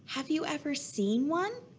have you ever seen one?